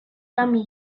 yummy